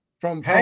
From-